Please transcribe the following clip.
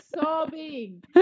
sobbing